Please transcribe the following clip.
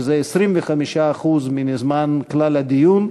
שזה 25% מהזמן של כלל הדיון,